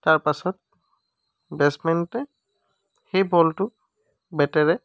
তাৰ পাছত বেটচমেনটোৱে সেই বলটো বেটেৰে